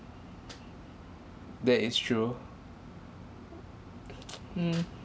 that is true hmm